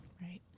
Right